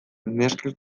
neskek